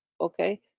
Okay